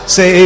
Say